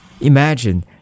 Imagine